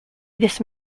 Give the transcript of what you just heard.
this